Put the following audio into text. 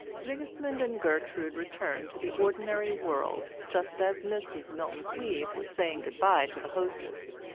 sigismund and gertrude returned to the ordinary world just as mrs. milton cleave was saying good-bye to the hostess.